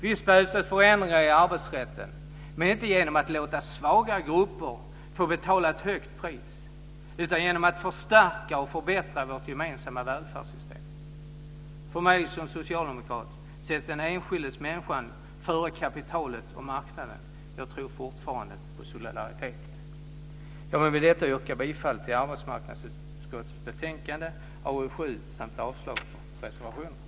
Visst behövs det förändringar i arbetsrätten. Men det ska inte ske genom att låta svaga grupper få betala ett högt pris, utan genom att förstärka och förbättra vårt gemensamma välfärdssystem. För mig som socialdemokrat sätts den enskilda människan före kapital och marknad. Jag tror fortfarande på solidaritet. Jag vill med detta yrka bifall till utskottets hemställan i arbetsmarknadsutskottets betänkande AU7